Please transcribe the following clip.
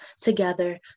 together